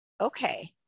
okay